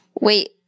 wait